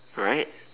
right